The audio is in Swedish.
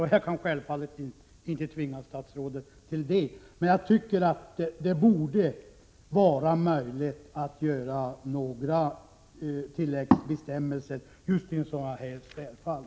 Jag kan självfallet inte tvinga statsrådet till det, men jag tycker att det borde vara möjligt att åstadkomma några tilläggsbestämmelser just i sådana här särfall.